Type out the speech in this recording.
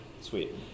Sweet